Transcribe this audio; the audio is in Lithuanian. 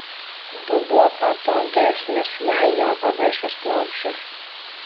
dubuo patogesnis jei jo paviršius plokščias